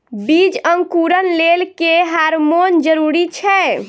बीज अंकुरण लेल केँ हार्मोन जरूरी छै?